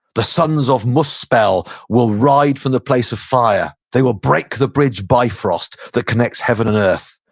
the sons of muspell will ride from the place of fire. they will break the bridge, bifrost, that connects heaven and earth.